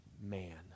man